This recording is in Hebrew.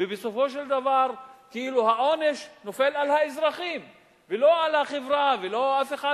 בסופו של דבר כאילו העונש נופל על האזרחים ולא על החברה ולא על אף אחד,